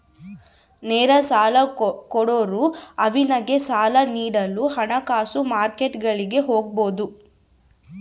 ನೇರ ಸಾಲ ಕೊಡೋರು ಅವ್ನಿಗೆ ಸಾಲ ನೀಡಲು ಹಣಕಾಸು ಮಾರ್ಕೆಟ್ಗುಳಿಗೆ ಹೋಗಬೊದು